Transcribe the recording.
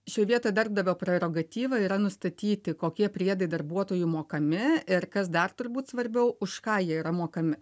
šioj vietoj darbdavio prerogatyva yra nustatyti kokie priedai darbuotojui mokami ir kas dar turbūt svarbiau už ką jie yra mokami